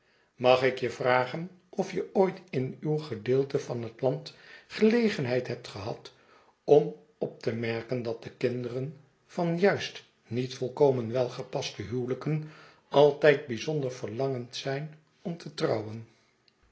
mag ik je vragen of je ooit in uw gedeelte van het land gelegenheid hebt gehad om op te merken dat de kinderen van juist niet volkomen welgepaste huwelijken altijd bijzonder verlangend zijn om te trouwen